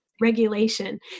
Regulation